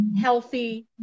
healthy